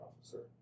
officer